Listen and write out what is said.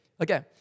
Okay